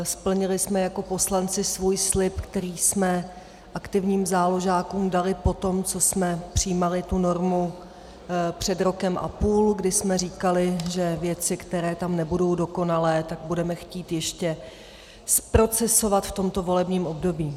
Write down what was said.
Splnili jsme jako poslanci svůj slib, který jsme aktivním záložákům dali potom, co jsme přijímali tu normu před rokem a půl, kdy jsme říkali, že věci, které tam nebudou dokonalé, budeme chtít ještě zprocesovat v tomto volebním období.